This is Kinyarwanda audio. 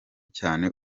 cyane